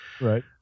right